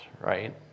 right